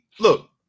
Look